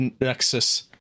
Nexus